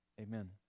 amen